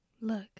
Look